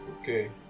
Okay